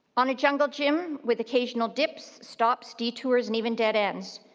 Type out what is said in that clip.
on a jungle gym, with occasional dips, stops, detours, and even dead ends,